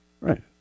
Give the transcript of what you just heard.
Right